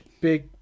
big